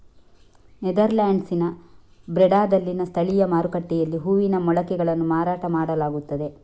ನೆದರ್ಲ್ಯಾಂಡ್ಸಿನ ಬ್ರೆಡಾದಲ್ಲಿನ ಸ್ಥಳೀಯ ಮಾರುಕಟ್ಟೆಯಲ್ಲಿ ಹೂವಿನ ಮೊಳಕೆಗಳನ್ನು ಮಾರಾಟ ಮಾಡಲಾಗುತ್ತದೆ